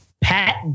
Pat